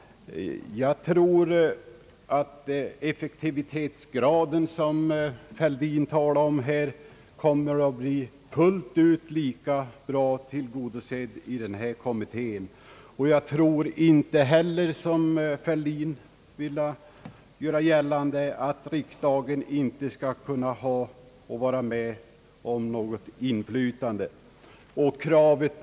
Jag tror att det krav på effektivitet, som herr Fälldin här talade om, kommer att bli fullt ut lika bra tillgodosett i denna kommitté, och jag tror inte heller — som herr Fälldin ville göra gällande — att riksdagen inte skall kunna ha något inflytande i detta sammanhang.